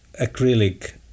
acrylic